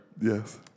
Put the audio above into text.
Yes